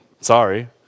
Sorry